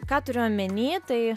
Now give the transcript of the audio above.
ką turiu omeny tai